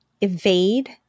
evade